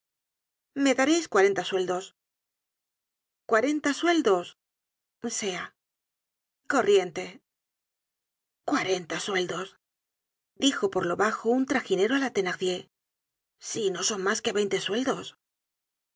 me dareis cuarenta sueldos cuarenta sueldos sea corriente cuarenta sueldos dijo por lo bajo un traginero á la thenardier si no son mas que veinte sueldos